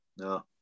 No